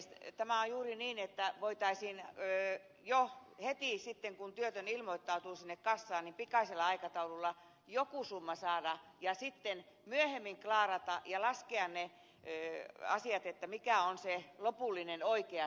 tämä on juuri niin että voitaisiin jo heti kun työtön ilmoittautuu sinne kassaan pikaisella aikataululla joku summa saada ja sitten myöhemmin klaarata ja laskea mikä on se lopullinen oikea summa